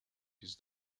his